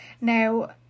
Now